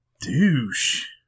douche